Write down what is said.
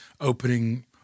opening